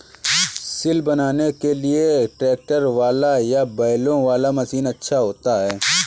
सिल बनाने के लिए ट्रैक्टर वाला या बैलों वाला मशीन अच्छा होता है?